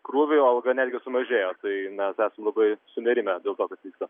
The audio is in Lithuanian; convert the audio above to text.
krūvį o alga netgi sumažėjo tai mes esam labai sunerimę dėl to kas vyksta